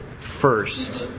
first